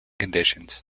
conditions